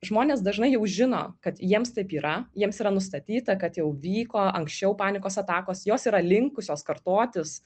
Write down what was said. žmonės dažnai jau žino kad jiems taip yra jiems yra nustatyta kad jau vyko anksčiau panikos atakos jos yra linkusios kartotis